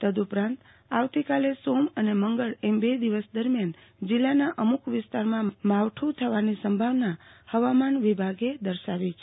તદ્ઉપરાંત આવતીકાલે સોમ અને મંગળવારે એમ બે દિવસ દરમ્યાન જિલ્લાના અમુક વિસ્તારમાં માવઠુ થવાની સંભાવના હવામાન વિભાગે દર્શાવી છે